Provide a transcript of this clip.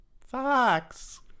Fox